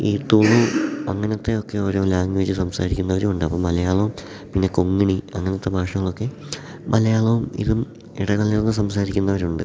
ഈ തുളു അങ്ങനത്തെ ഒക്കെ ഓരോ ലാംഗ്വേജ് സംസാരിക്കുന്നവർ ഉണ്ട് അപ്പോൾ മലയാളോം പിന്നെ കൊങ്ങിണി അങ്ങനത്തെ ഭാഷകൾ ഒക്കെ മലയാളവും ഇതും ഇടകലർന്ന് സംസാരിക്കുന്നവർ ഉണ്ട്